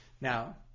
Now